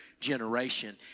generation